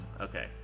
okay